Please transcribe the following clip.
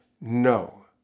no